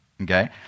Okay